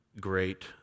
great